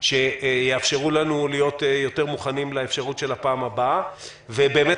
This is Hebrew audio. שיאפשרו לנו להיות יותר מוכנים לאפשרות של הפעם הבאה ובאמת